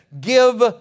give